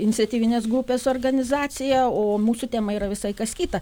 iniciatyvinės grupės organizacija o mūsų tema yra visai kas kita